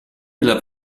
della